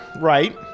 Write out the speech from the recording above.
right